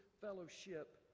fellowship